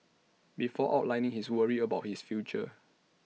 before outlining his worries about his future